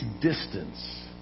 distance